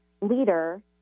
leader